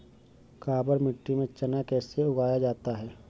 काबर मिट्टी में चना कैसे उगाया जाता है?